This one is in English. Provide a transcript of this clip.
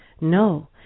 No